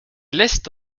list